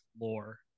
lore